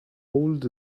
old